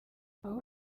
aho